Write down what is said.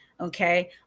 okay